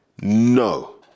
no